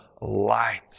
light